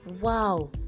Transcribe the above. wow